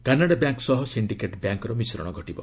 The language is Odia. କାନାଡ଼ା ବ୍ୟାଙ୍କ୍ ସହ ସିଣ୍ଡିକେଟ୍ ବ୍ୟାଙ୍କ୍ର ମିଶ୍ରଣ ଘଟିବ